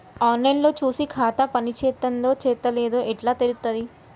On line లో చూసి ఖాతా పనిచేత్తందో చేత్తలేదో ఎట్లా తెలుత్తది?